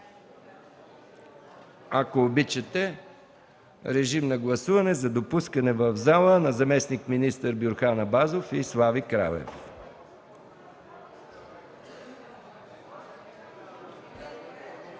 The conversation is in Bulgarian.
Ако обичате, режим на прегласуване за допускане в залата на заместник-министър Бюрхан Абазов и Слави Кралев.